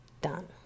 done